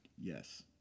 yes